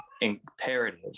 imperative